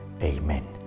amen